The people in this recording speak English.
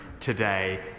Today